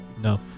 No